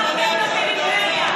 מחקתם את הפריפריה.